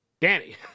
Danny